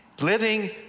living